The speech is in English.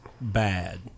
bad